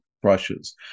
brushes